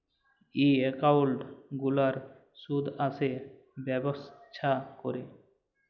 ই account গুলার সুদ আসে ব্যবছা ক্যরে